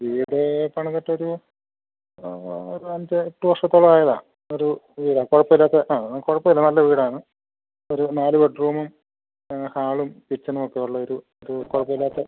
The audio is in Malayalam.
വീട് പണിതിട്ടൊരു നമ്മൾ ഒരു അഞ്ച് എട്ട് വർഷത്തോളം ആയതാണ് ഒരു വീടാണ് കുഴപ്പം ഇല്ലാത്ത ആ കുഴപ്പം ഇല്ല നല്ല വീടാണ് ഒരു നാല് ബെഡ്റൂമും ഹാളും കിച്ചനും ഒക്കെയുള്ള ഒരു ഒരു കുഴപ്പം ഇല്ലാത്ത